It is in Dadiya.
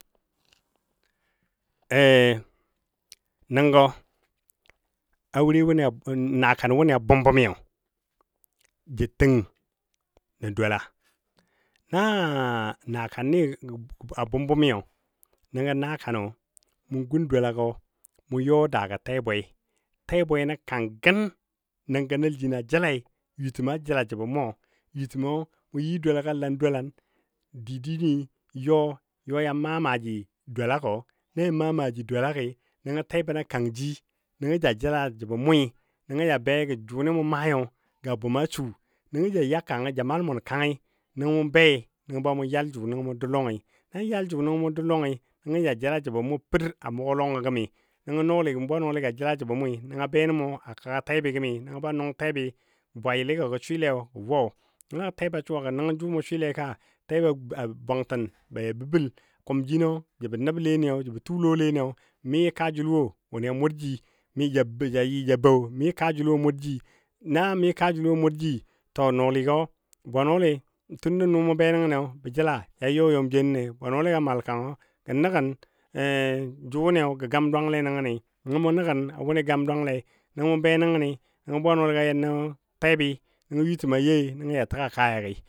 nəngɔ auren wʊnɨ nakan wʊnɨ a bʊmbʊmi ji təng nə dwala, na nakanni a bʊmbʊmi nəngɔ nakanɔ mʊ gun dwalagɔ mʊ yɔ a daagɔ tɛbwei, tɛbwei nə kang gən nəngɔ nəl jinɔ jɔlai yutɔ mɔ jəla jəbɔ mʊ mʊ yi dwalagɔ alan dwalang di dini n yɔ yan maa maaji dwalagɔ na yɔn maa maaji dwalagi nəngɔ tɛbɔ nə kan jin nəngɔ ja jəla jəbɔ mʊi nəngo ja be gə jʊnɨ mʊ maayo ga bʊmasu nəngɔ ja ya kangɔ ja mal mʊn kangi nəngɔ mʊ bei nəngɔ mʊ yal jʊ nəngo mʊ dou lɔngi nan yal jʊ nəngɔ mʊ dou lɔngi, nəngɔ ja jəla jəbɔ mɔ per a mʊgɔ lɔngɔ gəmi nəngɔ nɔɔli bwenɔligɔ jəla jəbɔ mʊi nəngɔ benən mɔ a kəgga tɛbə gəmi nəngo ba nʊng tɛbi, gɔ bwayili gɔ gə swɨle wo nəngo tɛba suwa gɔ nəngɔ jʊ mʊ swɨlei ka, təbɔ bwangtən ba ja bou bəl kʊm jinɔ jəbɔ nəb leniyo, jəbɔ tuu lɔ leniyo mi kaa jəl wo wʊnɨ a mʊrji ja yɨ ja bou mi kaa jəl wo a mʊrji na mi kaa jəl wo a mʊrji to nɔɔligo bwenɔli tunda nʊ mʊ benan, bə jəla ya ja yɔ yɔm jenole, bwenɔligo mal kang jə nəgən jʊ wʊnɨ gə gam dwangle nəngəni, nəngo mʊ nə gən a wʊni gam dwanglei, nəngɔ mʊ be nəngəni nəngɔ bwenɔligo yɔ ŋ tɛbi. Nəngo yutəma youi nəngɔ ja təgga kayagi